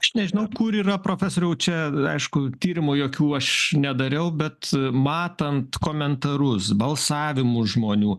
aš nežinau kur yra profesoriau čia aišku tyrimų jokių aš nedariau bet matant komentarus balsavimus žmonių